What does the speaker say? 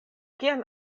kian